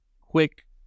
quick